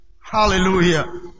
Hallelujah